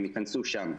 הם ייכנסו שם.